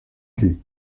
gué